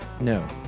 No